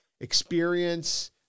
experience